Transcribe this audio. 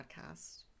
podcast